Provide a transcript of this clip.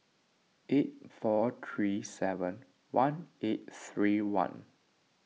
eight four three seven one eight three one